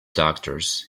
doctors